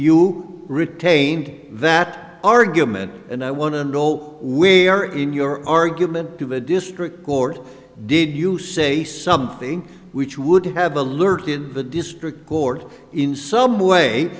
you retained that argument and i want to know where in your argument to the district court did you say something which would have alerted the district court in some way